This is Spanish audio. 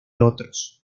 otros